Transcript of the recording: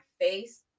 face